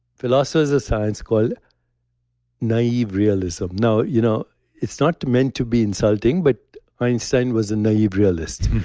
philosophers science, called naive realism now, you know it's not to meant to be insulting, but einstein was a naive realist.